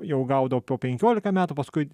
jau gaudavo po penkiolika metų paskui